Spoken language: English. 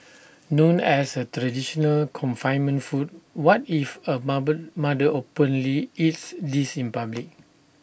known as A traditional confinement food what if A mother openly eats this in public